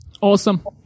Awesome